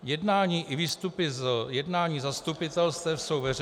Jednání i výstupy z jednání zastupitelstev jsou veřejná...